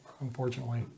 unfortunately